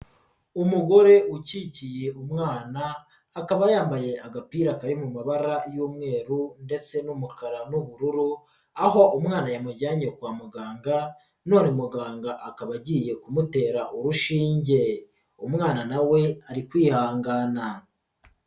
Umugore ukikiye umwana akaba yambaye agapira kari mu mabara y'umweru ndetse n'umukara n'ubururu, aho umwana yamujyanye kwa muganga none muganga akaba agiye kumutera urushinge, umwana na we ari kwihangana.